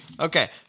Okay